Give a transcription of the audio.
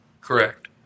Correct